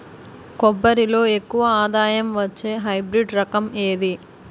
కొబ్బరి లో ఎక్కువ ఆదాయం వచ్చే హైబ్రిడ్ రకం ఏది?